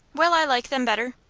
will i like them better?